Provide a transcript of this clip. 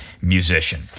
Musician